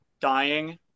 dying